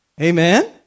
Amen